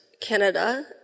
Canada